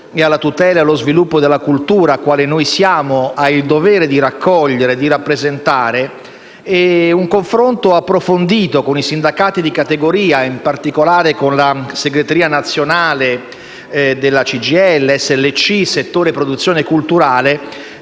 e alla tutela e allo sviluppo della cultura, quale noi siamo, ha il dovere di raccogliere e di rappresentare - e un confronto approfondito con i sindacati di categoria, in particolare con la segreteria nazionale della CGIL-SLC, settore produzione culturale,